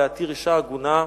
כדי להתיר אשה עגונה,